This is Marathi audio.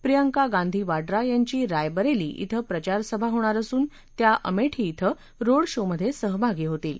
प्रियंका गांधी वाड्रा यांची रायबरेली क्वें प्रचारसभा होणार असून त्या अमेठी क्वें रोड शो मधेही सहभागी होतील